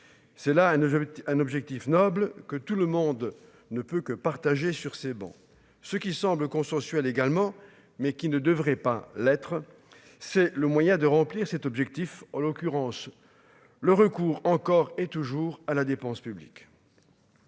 j'avais un objectif noble que tout le monde ne peut que partager sur ces bancs, ce qui semble consensuel également, mais qui ne devrait pas l'être, c'est le moyen de remplir cet objectif en l'occurrence le recours encore et toujours à la dépense publique,